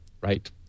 Right